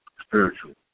spiritual